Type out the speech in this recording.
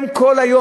הם היום,